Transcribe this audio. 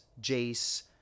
Jace